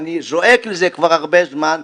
ואני זועק לזה כבר הרבה זמן,